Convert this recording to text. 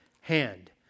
hand